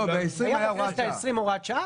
היה בכנסת העשרים הוראת שעה,